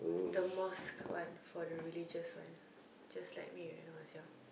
the mosque one for the religious one just like me when I was young